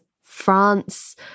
France